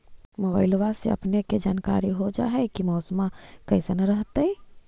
मोबाईलबा से अपने के जानकारी हो जा है की मौसमा कैसन रहतय?